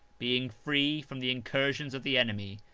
being free from the incursions of the enemy,